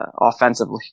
offensively